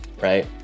Right